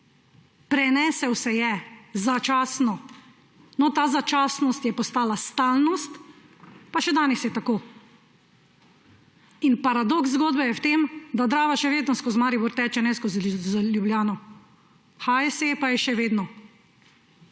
Prenesel se je začasno. No, ta začasnost je postala stalnost, pa še danes je tako. In paradoks zgodbe je v tem, da Drava še vedno skozi Maribor teče, ne skozi Ljubljano, HSE pa je še vedno